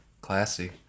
classy